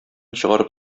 чыгарып